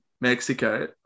Mexico